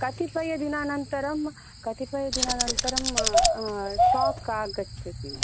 कतिपयदिनानन्तरं कतिपयदिनानन्तरं स्टाक् आगच्छति